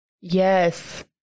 Yes